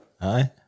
Aye